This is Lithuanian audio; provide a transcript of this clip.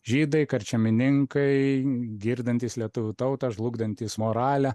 žydai karčemininkai girdantys lietuvių tautą žlugdantys moralę